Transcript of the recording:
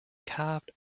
carved